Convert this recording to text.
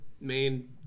main